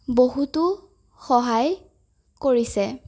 বহুতো সহায় কৰিছে